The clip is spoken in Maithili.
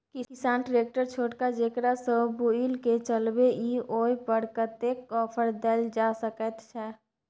किसान ट्रैक्टर छोटका जेकरा सौ बुईल के चलबे इ ओय पर कतेक ऑफर दैल जा सकेत छै?